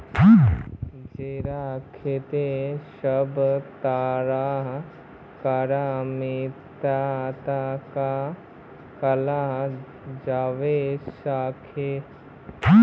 जीरार खेती सब तरह कार मित्तित कराल जवा सकोह